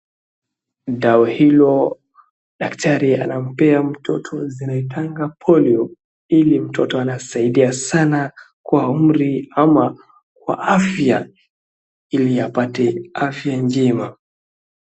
Dawa hilo daktari anampea mtoto zinaitwanga polio, ili mtoto anasaidia sana kwa umri ama kwa afya ili apate afya njema.